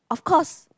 of course